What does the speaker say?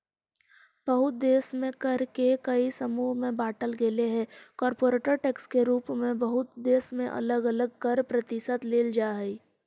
बहुते देश में कर के कई समूह में बांटल गेलइ हे कॉरपोरेट टैक्स के रूप में बहुत देश में अलग अलग कर प्रतिशत लेल जा हई